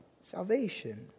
salvation